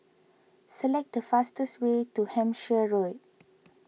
select the fastest way to Hampshire Road